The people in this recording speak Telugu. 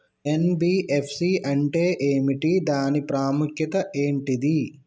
ఎన్.బి.ఎఫ్.సి అంటే ఏమిటి దాని ప్రాముఖ్యత ఏంటిది?